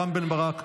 רם בן ברק,